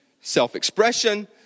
self-expression